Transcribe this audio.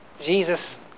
Jesus